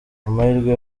amahirwe